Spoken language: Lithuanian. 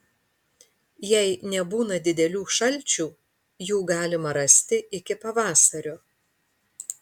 jei nebūna didelių šalčių jų galima rasti iki pavasario